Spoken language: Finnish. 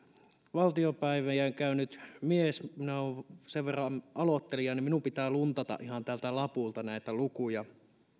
valtiopäiviä käynyt mies minä olen sen verran aloittelija että minun pitää luntata ihan täältä lapulta näitä lukuja